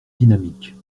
dynamique